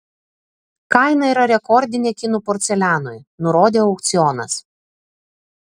kaina yra rekordinė kinų porcelianui nurodė aukcionas